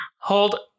Hold